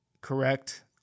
correct